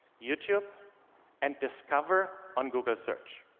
youtube, and discover on google search